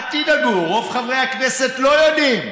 אל תדאגו, רוב חברי הכנסת לא יודעים,